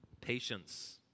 patience